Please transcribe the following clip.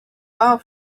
far